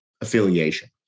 affiliation